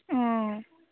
অঁ